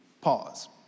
pause